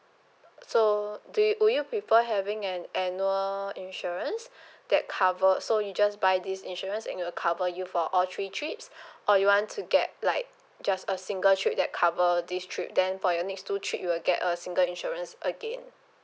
so do you will you prefer having an annual insurance that cover so you just buy this insurance and it'll cover you for all three trips or you want to get like just a single trip that cover this trip then for your next two trip you will get a single insurance again